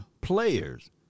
players